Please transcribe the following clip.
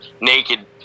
naked